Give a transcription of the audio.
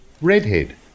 redhead